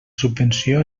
subvenció